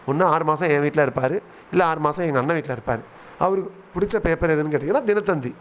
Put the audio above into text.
ஒன்று ஆறு மாதம் என் வீட்டில் இருப்பார் இல்லை ஆறு மாதம் எங்கள் அண்ணன் வீட்டில் இருப்பார் அவருக்கு பிடிச்ச பேப்பர் எதுன்னு கேட்டிங்கன்னால் தினத்தந்தி